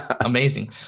Amazing